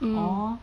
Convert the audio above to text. mm